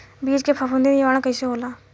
बीज के फफूंदी निवारण कईसे होला?